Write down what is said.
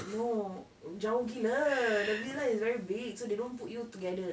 no jauh gila the villa is very big so they don't put you together